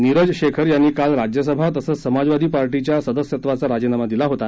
नीरज शखिर यांनी काल राज्यसभा तसंच समाजवादी पार्टीच्या सदस्यत्वाचा राजीनामा दिला होता